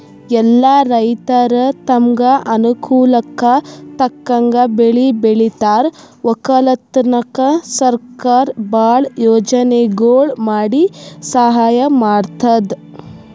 ಎಲ್ಲಾ ರೈತರ್ ತಮ್ಗ್ ಅನುಕೂಲಕ್ಕ್ ತಕ್ಕಂಗ್ ಬೆಳಿ ಬೆಳಿತಾರ್ ವಕ್ಕಲತನ್ಕ್ ಸರಕಾರ್ ಭಾಳ್ ಯೋಜನೆಗೊಳ್ ಮಾಡಿ ಸಹಾಯ್ ಮಾಡ್ತದ್